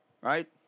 Right